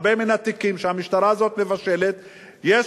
הרבה מהתיקים שהמשטרה הזאת מבשלת יש